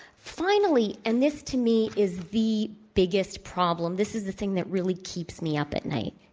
finally, and this to me is the biggest problem, this is the thing that really keeps me up at night,